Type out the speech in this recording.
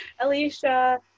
Alicia